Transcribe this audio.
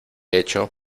hecho